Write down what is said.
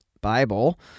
Bible